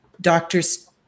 doctors